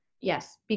Yes